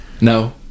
no